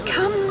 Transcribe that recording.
Come